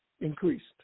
increased